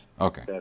Okay